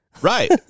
Right